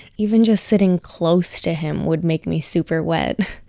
even just sitting close to him would make me super wet,